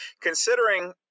considering